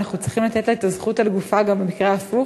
אנחנו צריכים לתת לה את הזכות על גופה גם במקרה ההפוך